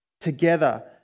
together